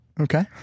Okay